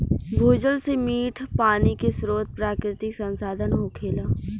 भूजल से मीठ पानी के स्रोत प्राकृतिक संसाधन होखेला